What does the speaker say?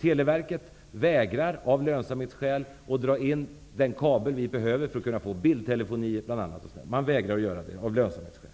Televerket vägrar av lönsamhetsskäl att dra in den kabel vi behöver för att kunna få bl.a. bildtelefonier. Man vägrar att göra det av lönsamhetsskäl.